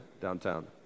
downtown